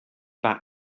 back